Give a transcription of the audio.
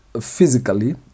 physically